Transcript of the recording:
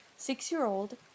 Six-year-old